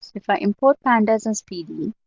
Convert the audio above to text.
if i import pandas as pd,